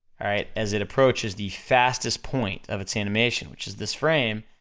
alright? as it approaches the fastest point of its animation, which is this frame,